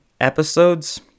episodes